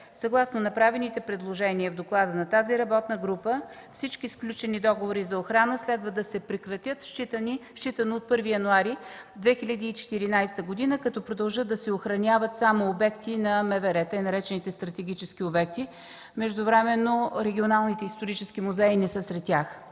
Съгласно направените предложения в доклада на работната група всички сключени договори за охрана следва да се прекратят, считано от 1 януари 2014 г., като продължат да се охраняват само обекти на МВР, така наречените „стратегически обекти”. Междувременно регионалните исторически музеи не са сред тях,